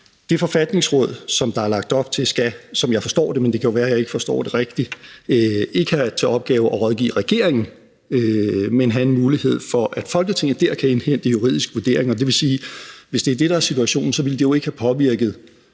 det forfatningsråd, som der er lagt op til, skal – som jeg forstår det, men det kan jo være, at jeg ikke forstår det rigtigt – ikke have til opgave at rådgive regeringen, men have en mulighed for, at Folketinget dér kan indhente en juridisk vurdering. Det vil sige, at det, hvis det er det, der er situationen, jo så ikke ville have påvirket